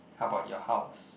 how about your house